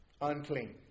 unclean